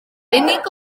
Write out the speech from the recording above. unig